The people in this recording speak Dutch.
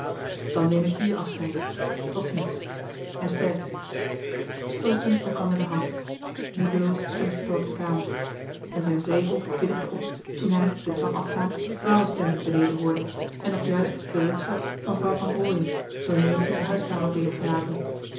dan neem ik hier afscheid tot ziens en sterkte zij drukten elkander de hand moedeloos verliet stork de kamer en zijn wrevel vinnigde op toen hij de trap afgaand vrouwestemmen beneden hoorde en nog juist den rug zag van vrouw van rooien door neeltje de huiskamer binnengelaten